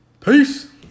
Peace